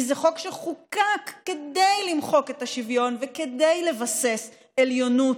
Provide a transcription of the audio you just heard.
כי זה חוק שחוקק כדי למחוק את השוויון וכדי לבסס עליונות.